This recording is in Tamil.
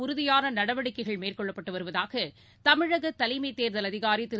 உறுதியானநடவடிக்கைகள் மேற்கொள்ளப்பட்டுவருவதாகதமிழகதலைமைத் தேர்தல் அதிகாரிதிரு